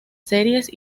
series